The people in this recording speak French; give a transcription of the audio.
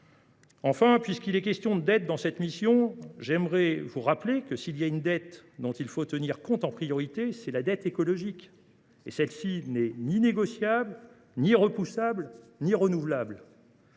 Enfin, puisqu’il est question de dette dans cette mission, j’aimerais vous rappeler que, s’il y en a une dont il faut tenir compte en priorité, c’est la dette écologique. Celle ci n’est ni négociable, ni reportable, ni renouvelable.